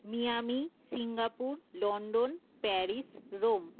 Miami Singapore London Paris Rome